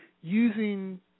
using